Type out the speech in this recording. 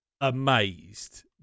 amazed